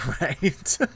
Right